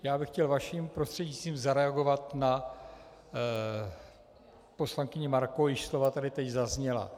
Já bych chtěl vaším prostřednictvím zareagovat na poslankyni Markovou, jejíž slova tady teď zazněla.